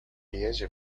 يجب